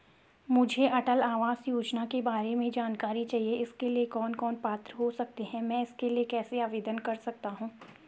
मुझे अटल आवास योजना के बारे में जानकारी चाहिए इसके लिए कौन कौन पात्र हो सकते हैं मैं इसके लिए कैसे आवेदन कर सकता हूँ?